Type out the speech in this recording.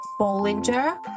Bollinger